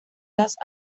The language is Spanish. las